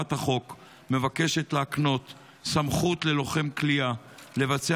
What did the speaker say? הצעת החוק מבקשת להקנות סמכות ללוחם כליאה לבצע